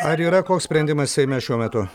ar yra koks sprendimas seime šiuo metu